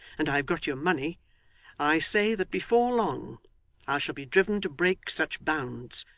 and i have got your money i say, that before long i shall be driven to break such bounds,